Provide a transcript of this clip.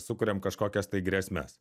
sukuriam kažkokias tai grėsmes